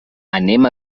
anem